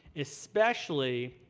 especially